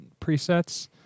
presets